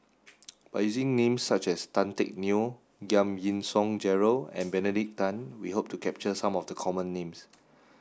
by using names such as Tan Teck Neo Giam Yean Song Gerald and Benedict Tan we hope to capture some of the common names